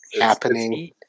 happening